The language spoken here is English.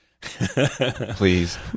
please